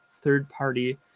third-party